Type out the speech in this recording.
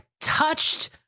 touched